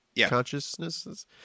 consciousnesses